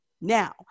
now